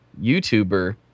YouTuber